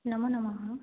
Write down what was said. नमो नमः